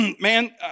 man